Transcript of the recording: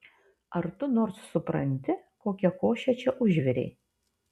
ar tu nors supranti kokią košę čia užvirei